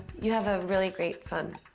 you have a really great son.